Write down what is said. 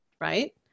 right